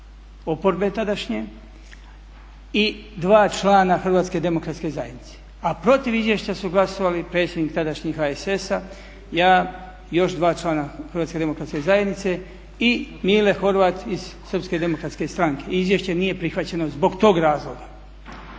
oporbe tadašnje i dva člana Hrvatske demokratske zajednice, a protiv izvješća su glasovali predsjednik tadašnjeg HSS-a, ja i još dva člana Hrvatske demokratske zajednice i Mile Horvat iz Srpske demokratske stranke. Izvješće nije prihvaćeno zbog tog razloga.